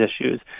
issues